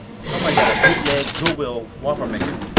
somebody got a bootleg goodwill waffle maker.